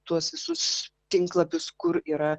tuos visus tinklapius kur yra